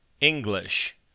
English